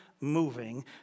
moving